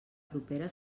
propera